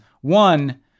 one